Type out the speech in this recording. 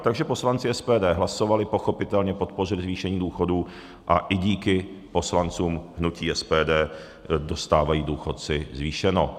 Takže poslanci SPD hlasovali pochopitelně podpořit zvýšení důchodů a i díky poslancům hnutí SPD dostávají důchodci zvýšeno.